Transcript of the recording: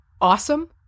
awesome